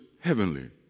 heavenly